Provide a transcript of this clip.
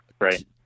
Right